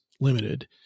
limited